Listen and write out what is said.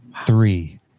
three